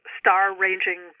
star-ranging